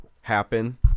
happen